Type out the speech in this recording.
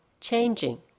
changing